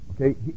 okay